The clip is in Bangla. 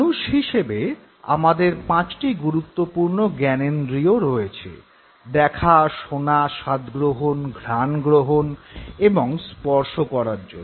মানুষ হিসেবে আমাদের পাঁচটি গুরুত্বপূর্ণ জ্ঞানেন্দ্রিয় রয়েছে - দেখা শোনা স্বাদগ্রহণ ঘ্রাণগ্রহণ এবং স্পর্শ করার জন্য